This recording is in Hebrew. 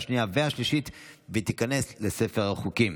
שמונה בעד, אין מתנגדים ואין נמנעים.